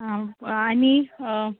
आनी